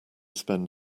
spend